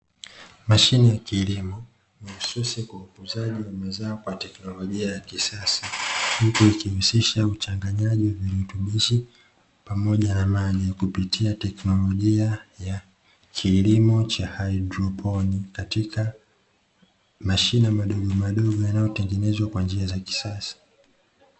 Mashine ya kilimo mahususi kwa ukuzaji wa mazao kwa teknolojia ya kisasa, huku ikihusisha uchanganyaji wa virutubishi pamoja na maji kupitia teknolojia ya kilimo cha haidroponi, katika mashina madogo madogo yanayotengenezwa kwa njia za kisasa.